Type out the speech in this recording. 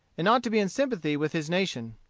and ought to be in sympathy with his nation.